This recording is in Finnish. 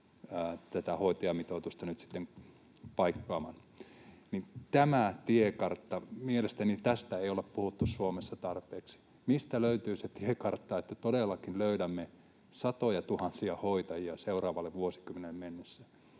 hoitajamitoitusta paikkaamaan. Tästä tiekartasta ei mielestäni olla puhuttu Suomessa tarpeeksi: mistä löytyy se tiekartta, että todellakin löydämme satojatuhansia hoitajia seuraavalle vuosikymmenelle mennessä?